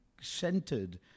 centered